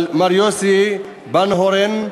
מר יוסי ביינהורן,